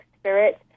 spirit